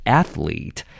athlete